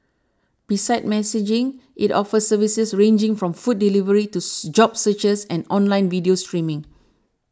besides messaging it offers services ranging from food delivery to job searches and online video streaming